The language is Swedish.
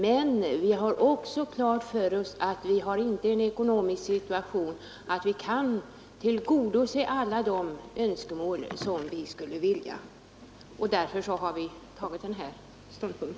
Men vi har också klart för oss att den ekonomiska situationen inte i dag är sådan att vi kan tillgodose alla de önskemål vi skulle vilja tillgodose. Därför har vi intagit denna ståndpunkt.